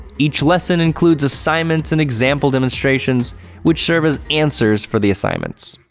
each lesson includes assignments and example demonstrations which serve as answers for the assignments.